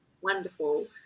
Wonderful